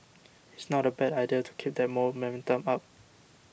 it's not a bad idea to keep that momentum up